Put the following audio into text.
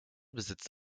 besitzt